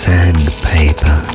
Sandpaper